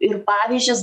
ir pavyzdžius